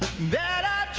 that, ah